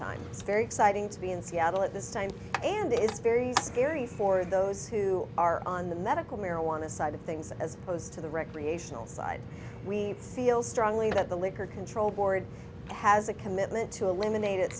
it's very exciting to be in seattle at this time and it's very scary for those who are on the medical marijuana side of things as opposed to the recreational side we feel strongly that the liquor control board has a commitment to eliminate it